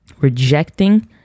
rejecting